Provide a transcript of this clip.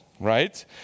right